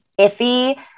iffy